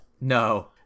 No